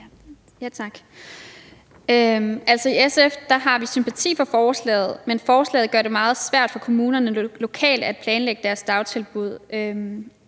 Tak. I SF har vi sympati for forslaget, men forslaget gør det meget svært for kommunerne lokalt at planlægge deres dagtilbud,